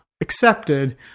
accepted